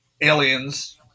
aliens